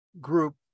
group